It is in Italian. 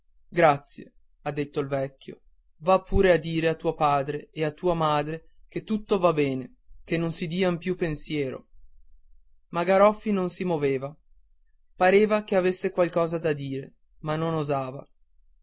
grazie ha detto il vecchio va pure a dire a tuo padre e a tua madre che tutto va bene che non si dian più pensiero ma garoffi non si moveva pareva che avesse qualcosa da dire ma non osava